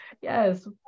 Yes